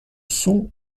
sont